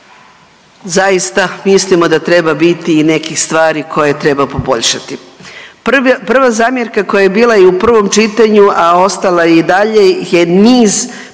zaista mislimo da treba biti i nekih stvari koje treba poboljšati. Prva zamjerka koja je bila i u prvom čitanju, a ostala je i dalje je niz